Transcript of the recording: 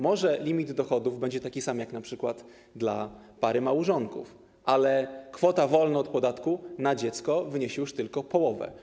Może limit dochodów będzie taki sam jak np. w przypadku pary małżonków, ale kwota wolna od podatku na dziecko wyniesie już tylko połowę.